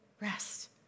rest